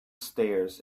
stairs